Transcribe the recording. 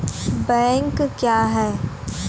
Bank क्या हैं?